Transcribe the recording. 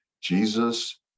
jesus